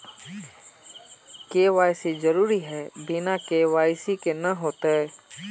KYC जरुरी है बिना के.वाई.सी के नहीं होते?